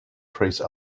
trace